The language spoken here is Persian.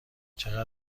چقدر